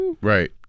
Right